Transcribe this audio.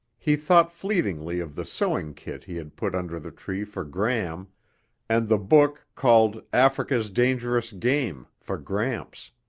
he thought fleetingly of the sewing kit he had put under the tree for gram and the book called africa's dangerous game for gramps.